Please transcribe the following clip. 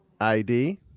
ID